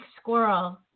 Squirrel